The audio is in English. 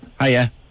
Hiya